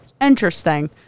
interesting